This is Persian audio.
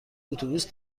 اتوبوس